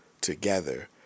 together